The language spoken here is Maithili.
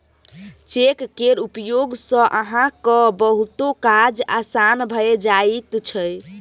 चेक केर उपयोग सँ अहाँक बहुतो काज आसान भए जाइत छै